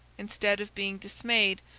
instead of being dismayed,